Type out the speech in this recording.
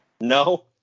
no